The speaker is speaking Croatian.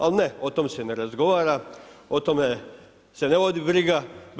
Ali ne, o tom se ne razgovara, o tome se ne vodi briga.